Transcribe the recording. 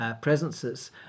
presences